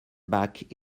back